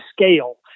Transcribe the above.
scale